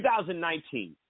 2019